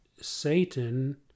satan